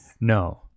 No